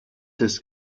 des